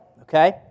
Okay